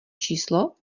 číslo